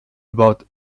about